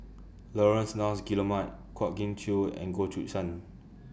Laurence Nunns Guillemard Kwa Geok Choo and Goh Choo San